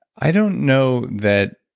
i don't know that.